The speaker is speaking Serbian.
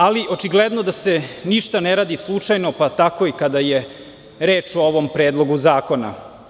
Ali, očigledno da se ništa ne radi slučajno, pa tako i kada je reč o ovom predlogu zakona.